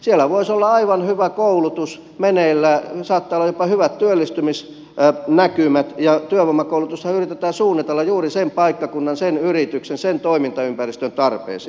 siellä voisi olla aivan hyvä koulutus meneillään saattaa olla jopa hyvät työllistymisnäkymät ja työvoimakoulutushan yritetään suunnitella juuri sen paikkakunnan sen yrityksen sen toimintaympäristön tarpeisiin